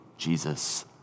jesus